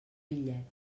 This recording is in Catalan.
bitllet